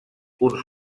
uns